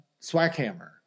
Swaghammer